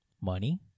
Money